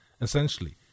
essentially